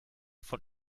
von